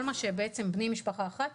כל מה שבעצם בני משפחה אחת,